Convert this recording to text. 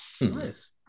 Nice